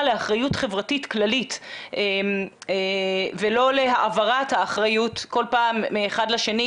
לאחריות חברתית כללית ולא להעברת האחריות כל פעם מאחד לשני,